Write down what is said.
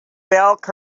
curve